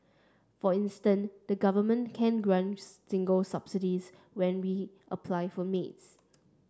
for instance the Government can grant single subsidies when we apply for maids